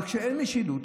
אבל כשאין משילות,